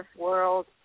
world